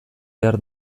behar